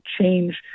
change